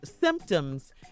Symptoms